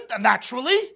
naturally